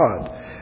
God